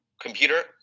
computer